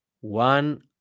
One